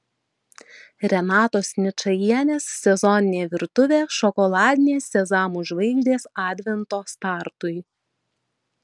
renatos ničajienės sezoninė virtuvė šokoladinės sezamų žvaigždės advento startui